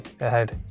ahead